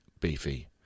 Beefy